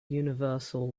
universal